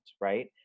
right